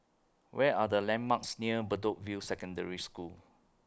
Where Are The landmarks near Bedok View Secondary School